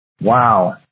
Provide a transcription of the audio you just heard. Wow